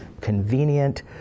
convenient